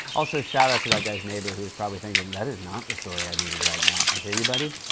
also, shoutout to that guy's neighbor, who is probably thinking, that is not the story i needed right now. i hear ya, buddy.